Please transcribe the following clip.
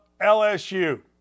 LSU